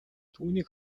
түүнийг